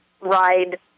ride